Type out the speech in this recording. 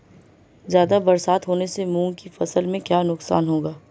ज़्यादा बरसात होने से मूंग की फसल में क्या नुकसान होगा?